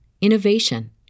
innovation